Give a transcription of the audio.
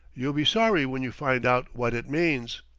you'll be sorry when you find out wot it means.